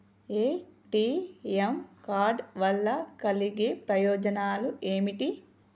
ATM card వల్ల కలిగే ప్రయోజనాలు ఏమిటి?